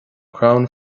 crann